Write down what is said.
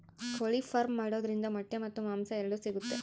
ಕೋಳಿ ಫಾರ್ಮ್ ಮಾಡೋದ್ರಿಂದ ಮೊಟ್ಟೆ ಮತ್ತು ಮಾಂಸ ಎರಡು ಸಿಗುತ್ತೆ